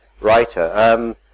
writer